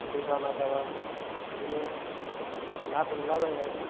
दै बाना जाबा बिदिनो ना बोनला बायनाय